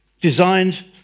designed